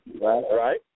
Right